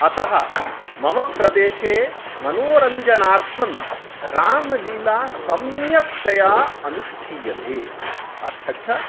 अतः मम प्रदेशे मनोरञ्जनार्थं रामलीला सम्यक्तया अनुष्ठीयते अथ च